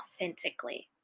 authentically